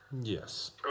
Yes